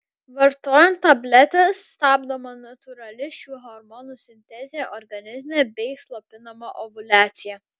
vartojant tabletes stabdoma natūrali šių hormonų sintezė organizme bei slopinama ovuliacija